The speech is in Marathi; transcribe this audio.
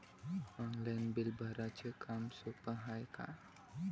ऑनलाईन बिल भराच काम सोपं हाय का?